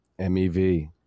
mev